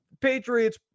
Patriots